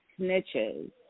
snitches